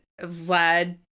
Vlad